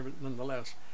nonetheless